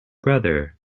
brother